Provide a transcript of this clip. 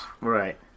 Right